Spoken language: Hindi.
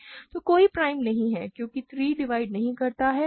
तो कोई प्राइम नहीं हैक्योंकि 3 डिवाइड नहीं करता है 2 2 डिवाइड नहीं करता है